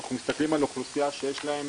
אנחנו מסתכלים על אוכלוסייה שיש להם